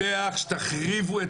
הישיבה ננעלה בשעה 09:44.